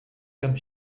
comme